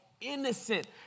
innocent